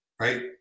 right